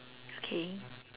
okay